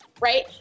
Right